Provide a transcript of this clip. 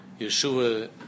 Yeshua